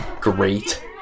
great